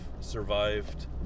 survived